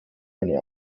eine